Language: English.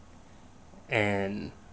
and